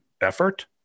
effort